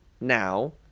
now